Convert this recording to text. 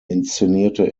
inszenierte